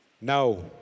Now